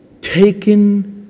taken